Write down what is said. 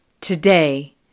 Today